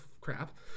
crap